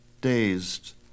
dazed